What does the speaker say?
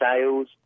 sales